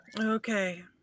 Okay